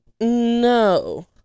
No